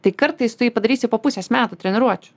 tai kartais tu jį padarysi po pusės metų treniruočių